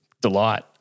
Delight